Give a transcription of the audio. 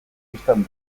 bistan